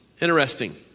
interesting